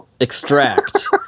extract